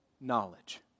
knowledge